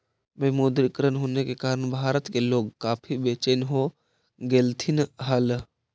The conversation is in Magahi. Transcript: विमुद्रीकरण होने के कारण भारत के लोग काफी बेचेन हो गेलथिन हल